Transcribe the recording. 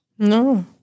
No